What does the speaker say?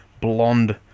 blonde